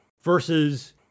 versus